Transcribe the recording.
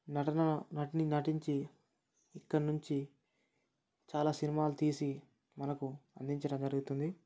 నటన నటిని నటించి ఇక్కడి నుంచి చాలా సినిమాలు తీసి మనకు అందించడం జరుగుతుంది